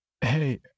Hey